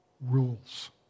rules